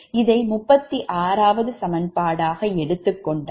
இதை 36ஆவது சமன்பாட்டடாக எடுத்துக்கொண்டால்